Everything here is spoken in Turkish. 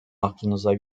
aklınıza